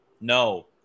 No